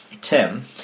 Tim